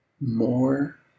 more